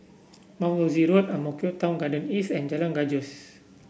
Mount Rosie Road Ang Mo Kio Town Garden East and Jalan Gajus